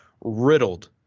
riddled